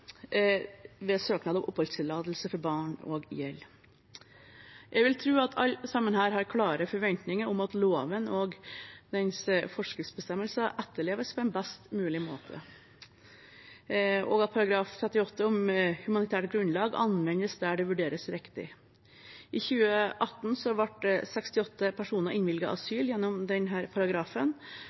ved søknad om oppholdstillatelse for barn, også gjelder. Jeg vil tro at alle sammen her har klare forventninger om at loven og dens forskriftsbestemmelser etterleves på en best mulig måte, og at § 38 om humanitært grunnlag anvendes der det vurderes riktig. I 2018 ble 68 personer innvilget asyl etter denne paragrafen.